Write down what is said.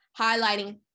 highlighting